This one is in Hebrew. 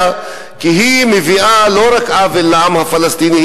כי היא גורמת לא רק עוול לעם הפלסטיני,